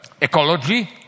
ecology